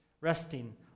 resting